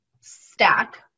stack